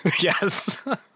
Yes